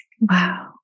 Wow